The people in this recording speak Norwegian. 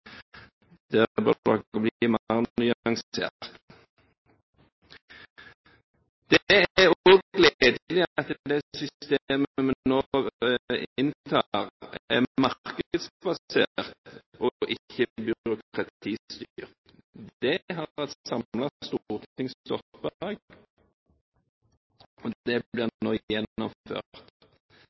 bli mer nyansert! Det er også gledelig at det systemet vi nå inntar, er markedsbasert og ikke